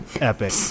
epic